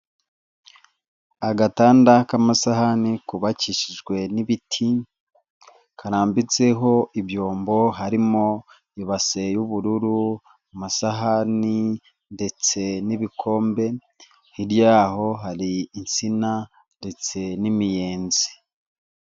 Agatanda k'amasahani kubakishijwe n'ibiti, karambitseho ibyombo harimo ibase y'ubururu, amasahani ndetse n'ibikombe, hirya yaho hari insina ndetse n'imiyenzi.